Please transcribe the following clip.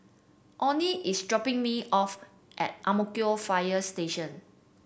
Onie is dropping me off at Ang Mo Kio Fire Station